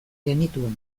genituen